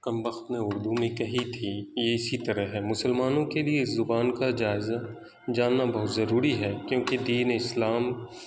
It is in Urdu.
کمبخت نے اردو میں کہی تھی یہ اسی طرح ہے مسلمانوں کے لیے زبان کا جائزہ جاننا بہت ضروری ہے کیوںکہ دینِ اسلام